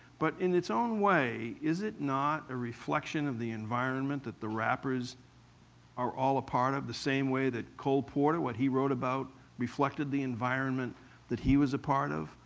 but in its own way, is it not a reflection of the environment that the rappers are all a part of, the same way that cole porter, what he wrote about, reflected the environment that he was a part of?